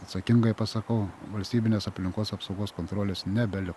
atsakingai pasakau valstybinės aplinkos apsaugos kontrolės nebeli